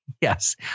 yes